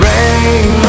Rain